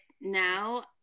now